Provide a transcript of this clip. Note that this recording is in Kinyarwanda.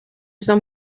izo